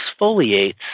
exfoliates